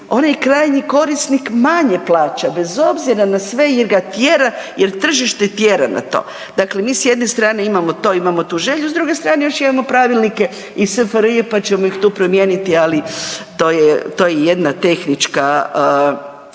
onaj krajnji korisnik manje plaća bez obzira na sve jel ga tjera, jel tržište tjera na to. Dakle, mi s jedne strane imamo to, imamo tu želju, s druge strane još imamo pravilnike iz SFRJ, pa ćemo ih tu promijeniti, ali to je, to je jedna tehnička,